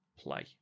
play